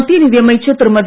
மத்திய நிதி அமைச்சர் திருமதி